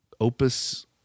Opus